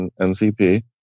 ncp